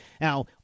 now